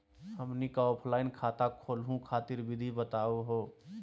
हमनी क ऑफलाइन खाता खोलहु खातिर विधि बताहु हो?